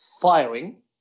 firing